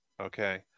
Okay